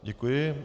Děkuji.